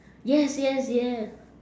yes yes yes